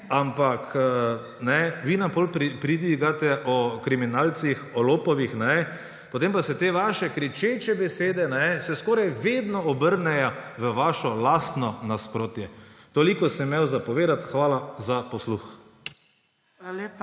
Ampak vi nam potem pridigate o kriminalcih, o lopovih, potem pa se te vaše kričeče besede skoraj vedno obrnejo v vašo lastno nasprotje. Toliko sem imel za povedati. Hvala za posluh.